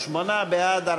שמונה בעד,